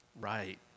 right